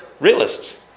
Realists